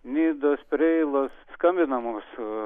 nidos preilos skambina mums